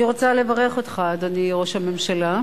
אני רוצה לברך אותך, אדוני ראש הממשלה,